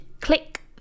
click